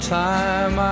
time